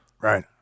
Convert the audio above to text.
Right